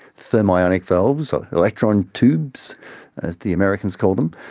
thermionic valves, electron tubes as the americans call them,